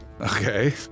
Okay